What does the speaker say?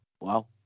Wow